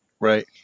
right